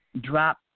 drop